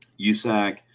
USAC